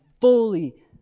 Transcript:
fully